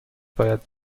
باید